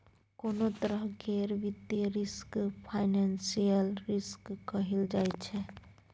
कोनों तरह केर वित्तीय रिस्क फाइनेंशियल रिस्क कहल जाइ छै